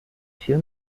few